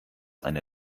einer